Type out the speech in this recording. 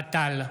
אוהד טל,